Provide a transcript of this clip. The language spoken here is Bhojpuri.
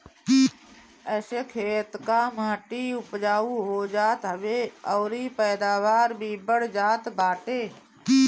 एसे खेत कअ माटी उपजाऊ हो जात हवे अउरी पैदावार भी बढ़ जात बाटे